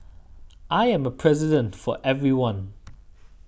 I am a President for everyone